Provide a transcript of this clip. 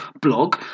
blog